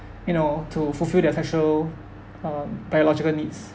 you know to fulfill their sexual um biological needs